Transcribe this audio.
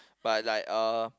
but like uh